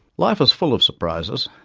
life is full of surprises.